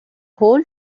whole